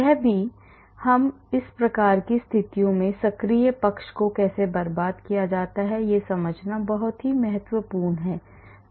यह भी कि इस तरह की स्थितियों में सक्रिय पक्ष को कैसे बर्बाद किया जाता है यह समझना बहुत महत्वपूर्ण है